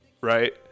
Right